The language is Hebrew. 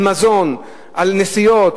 על מזון, על נסיעות.